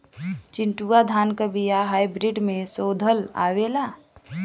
चिन्टूवा धान क बिया हाइब्रिड में शोधल आवेला?